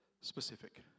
specific